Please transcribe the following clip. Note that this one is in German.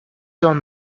soll